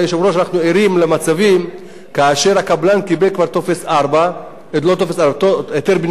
אנחנו ערים למצב שהקבלן קיבל כבר היתר בנייה,